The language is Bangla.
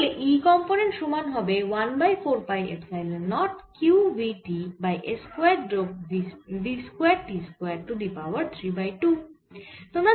তাহলে E কম্পোনেন্ট সমান হবে 1 by 4 pi epsilon not q v t by s square যোগ v square t square to the power 3 by 2